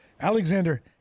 Alexander